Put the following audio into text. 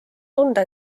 tunda